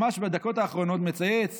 ממש בדקות האחרונות מצייץ